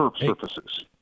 surfaces